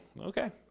Okay